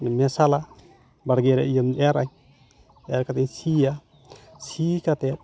ᱢᱮᱥᱟᱞᱟ ᱵᱟᱲᱜᱮᱨᱮ ᱤᱭᱟᱹᱧ ᱮᱨᱟᱧ ᱮᱨ ᱠᱟᱛᱮᱧ ᱥᱤᱭᱟ ᱥᱤ ᱠᱟᱛᱮᱫ